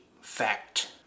fact